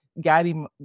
Gaddy